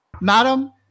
madam